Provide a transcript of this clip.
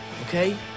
okay